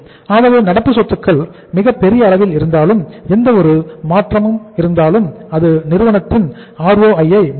ஆகவே நடப்பு சொத்துக்கள் மிகப் பெரிய அளவில் இருந்தாலும் எந்த ஒரு மாற்றம் இருந்தாலும் அது நிறுவனத்தின் ROI ஐ பாதிக்கும்